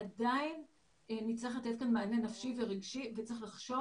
עדיין נצטרך לתת מענה נפשי ורגשי וצריך לחשוב